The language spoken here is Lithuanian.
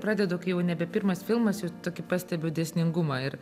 pradedu kai jau nebe pirmas filmas jau tokį pastebiu dėsningumą ir